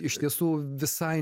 iš tiesų visai